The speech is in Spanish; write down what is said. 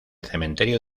cementerio